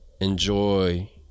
enjoy